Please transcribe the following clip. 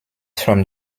from